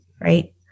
right